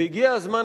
והגיע הזמן,